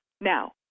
Now